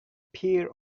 pair